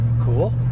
Cool